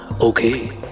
Okay